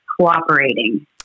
cooperating